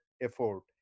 effort